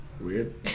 weird